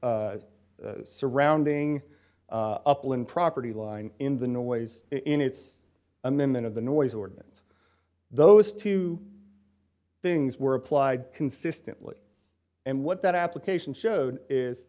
term surrounding upline property line in the noise in its amendment of the noise ordinance those two things were applied consistently and what that application showed is